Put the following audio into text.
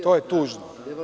To je tužno.